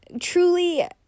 truly